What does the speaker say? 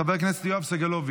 חבר הכנסת יואב סגלוביץ'